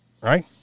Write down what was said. right